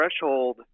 threshold